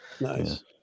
Nice